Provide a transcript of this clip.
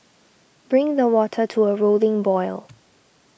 bring the water to a rolling boil